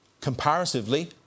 Comparatively